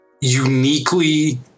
Uniquely